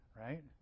right